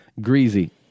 Greasy